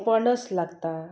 पणस लागतात